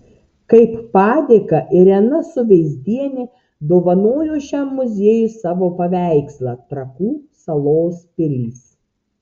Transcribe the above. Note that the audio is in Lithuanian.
kaip padėką irena suveizdienė dovanojo šiam muziejui savo paveikslą trakų salos pilys